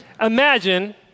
Imagine